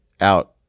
out